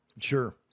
Sure